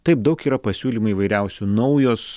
taip daug yra pasiūlymų įvairiausių naujos